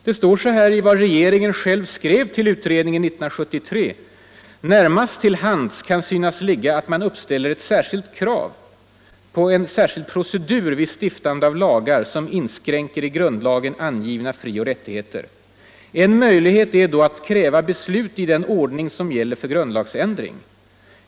Det står så här i direktiven till utredningen, som regeringen själv skrev 1973: ” Närmast till hands kan synas ligga att man uppställer ett krav på en särskild procedur vid stiftandet av lagar som inskränker i grundlagen angivna frioch rättigheter. En möjlighet är då att kräva beslut i den ordning som gäller för grundlagsändring.